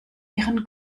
ihren